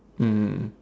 mm mm mm